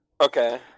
okay